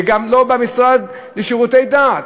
וגם לא במשרד לשירותי דת.